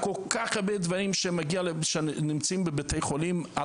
כל כך הרבה דברים שנמצאים בבתי חולים על